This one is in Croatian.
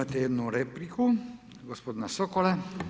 Imate jednu repliku gospodina Sokola.